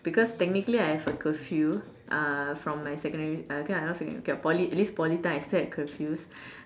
because technically I have a curfew uh from my secondary okay lah not secondary k Poly atleast Poly time I still had curfew